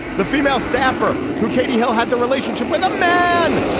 the female staffer who katie hill had the relationship with a man.